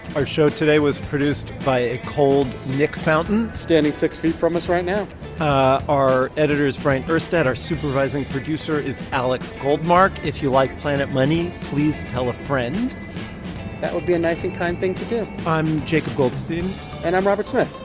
our show today was produced by a cold nick fountain. standing six feet from us right now our editor is bryant urstadt. our supervising producer is alex goldmark if you like planet money, please tell a friend that would be a nice and kind thing to do i'm jacob goldstein and i'm robert smith.